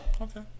Okay